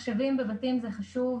מחשבים בבתים זה חשוב,